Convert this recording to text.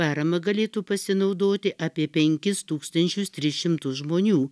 parama galėtų pasinaudoti apie penkis tūkstančius tris šimtus žmonių